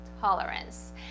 tolerance